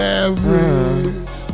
average